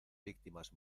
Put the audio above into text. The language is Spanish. víctimas